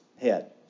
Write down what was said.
head